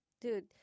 dude